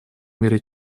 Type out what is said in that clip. мере